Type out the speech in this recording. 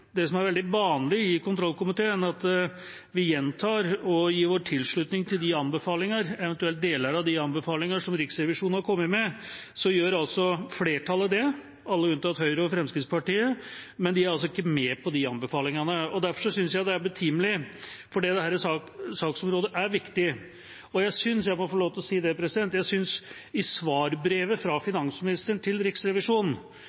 det gjelder det som er veldig vanlig i kontrollkomiteen, at vi gjentar og gir vår tilslutning til de anbefalinger, eventuelt deler av de anbefalinger, som Riksrevisjonen har kommet med, så gjør altså flertallet det – alle unntatt Høyre og Fremskrittspartiet. De er altså ikke med på de anbefalingene. Derfor synes jeg er det betimelig å si – dette saksområdet er viktig, så jeg synes jeg må få lov – at det i svarbrevet fra finansministeren til Riksrevisjonen i